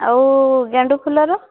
ଆଉ ଗେଣ୍ଡୁ ଫୁଲର